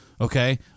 Okay